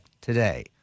today